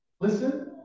Listen